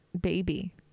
baby